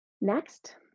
Next